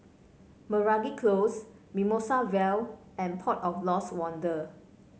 Meragi Close Mimosa Vale and Port of Lost Wonder